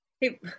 hey